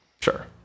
Sure